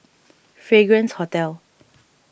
Fragrance Hotel